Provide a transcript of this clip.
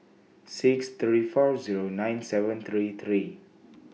six three four Zero nine seven three three